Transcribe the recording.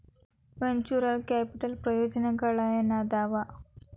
venture capital ಪ್ರಯೋಜನಗಳೇನಾದವ